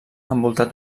envoltat